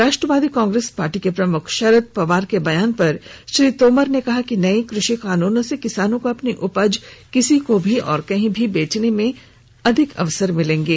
राष्ट्रवादी Congress party के प्रमुख शरद पवार के बयान पर श्री तोमर ने कहा कि नये कृषि कानूनों से किसानों को अपनी उपज किसी को भी और कहीं भी बेचने के अधिक अवसर मिलेंगे